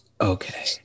Okay